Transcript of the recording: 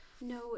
No